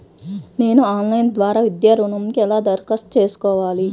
నేను ఆన్లైన్ ద్వారా విద్యా ఋణంకి ఎలా దరఖాస్తు చేసుకోవాలి?